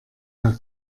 herr